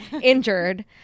injured